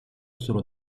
solo